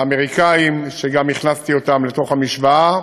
האמריקניים, שגם הכנסתי אותם לתוך המשוואה.